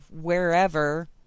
wherever